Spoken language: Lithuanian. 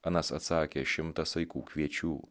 anas atsakė šimtą saikų kviečių